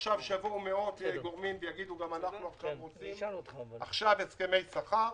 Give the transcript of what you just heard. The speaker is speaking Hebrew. עכשיו יבואו מאות גורמים ויגידו: גם אנחנו רוצים עכשיו הסכמי שכר